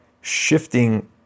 shifting